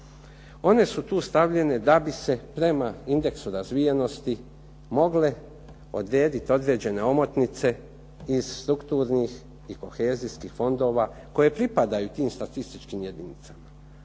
One su tu stavljene da bi se prema indeksu razvijenosti mogle odrediti određene omotnice iz strukturnih i kohezijskih fondova koje pripadaju tim statističkim jedinicama.